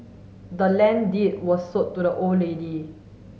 the land deed was sold to the old lady